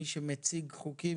מי שמציג חוקים,